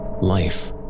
Life